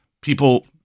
people